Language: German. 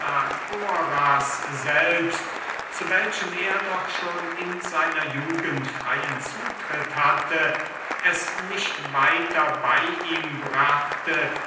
anaxagoras selbst zu welchem er doch schon in seiner jugend freyen zutritt hatte es nicht weiter bey ihm brachte